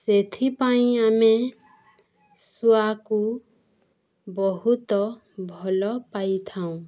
ସେଥିପାଇଁ ଆମେ ଶୁଆକୁ ବହୁତ ଭଲ ପାଇଥାଉ